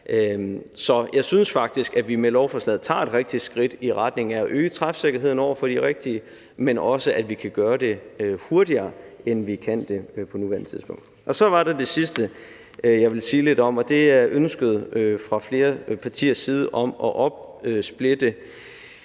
Så jeg synes faktisk, at vi med lovforslaget tager et rigtigt skridt i retning af at øge træfsikkerheden over for de rigtige, men også at vi kan gøre det hurtigere, end vi kan på nuværende tidspunkt. Så er der det andet, jeg vil sige lidt om, og det er ønsket fra flere partiers side om at opsplitte